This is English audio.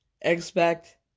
expect